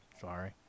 Sorry